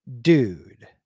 dude